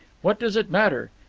what does it matter?